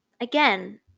again